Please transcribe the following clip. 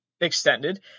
extended